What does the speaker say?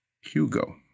Hugo